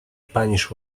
punish